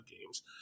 games